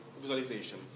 visualization